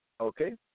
Okay